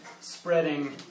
spreading